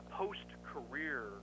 post-career